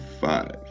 five